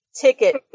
ticket